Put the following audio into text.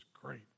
great